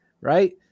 right